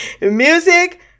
music